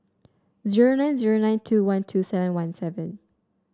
zero nine zero nine two one two seven one seven